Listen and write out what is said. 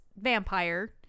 vampire